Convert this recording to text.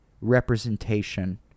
representation